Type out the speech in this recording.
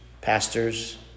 pastors